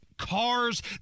cars